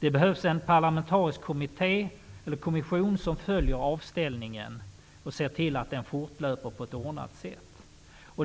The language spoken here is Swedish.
Det behövs en parlamentarisk kommission som följer avställningen och ser till att den fortlöper på ett ordnat sätt.